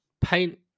paint